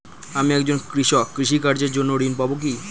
আমি একজন কৃষক কৃষি কার্যের জন্য ঋণ পাব কি?